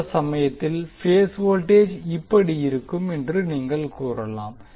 அந்த சமயத்தில் phase voltage இப்படி இருக்கும் என்று நீங்கள் கூறலாம்